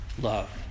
love